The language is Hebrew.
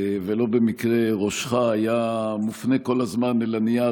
ולא במקרה ראשך היה מופנה כל הזמן אל הנייר,